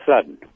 sudden